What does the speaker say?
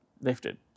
lifted